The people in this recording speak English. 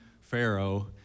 pharaoh